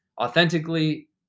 authentically